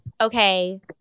okay